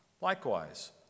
Likewise